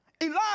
Elijah